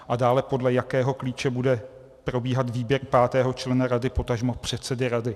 A dále, podle jakého klíče bude probíhat výběr pátého člena rady, potažmo předsedy rady?